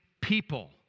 people